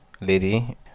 lady